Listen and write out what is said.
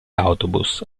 autobus